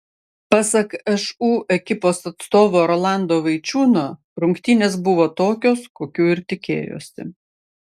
pasak šu ekipos atstovo rolando vaičiūno rungtynės buvo tokios kokių ir tikėjosi